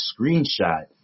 screenshot